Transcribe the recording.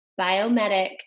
Biomedic